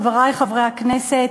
חברי חברי הכנסת,